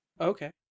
okay